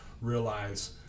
realize